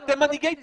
אתם מנהיגי ציבור,